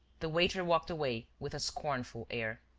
the waiter walked away, with a scornful air.